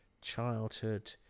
childhood